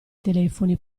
telefoni